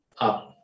up